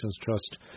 Trust